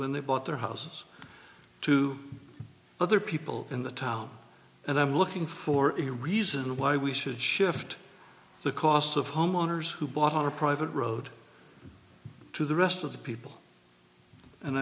when they bought their houses to other people in the town and i'm looking for a reason why we should shift the cost of homeowners who bought on a private road to the rest of the people and